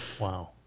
Wow